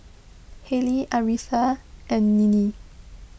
Haley Aretha and Ninnie